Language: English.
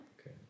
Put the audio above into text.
Okay